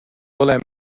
ole